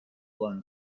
blown